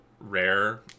rare